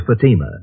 Fatima